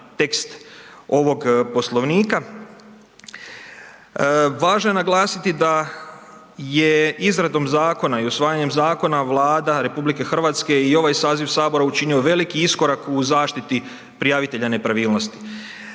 tekst ovog Poslovnika. Važno je naglasiti da je izradom zakona i usvajanjem zakona Vlada RH i ovaj saziv sabora učinio veliki iskorak u zaštiti prijavitelja nepravilnosti.